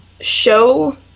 show